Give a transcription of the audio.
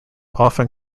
often